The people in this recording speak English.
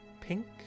pink